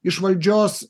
iš valdžios